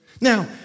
Now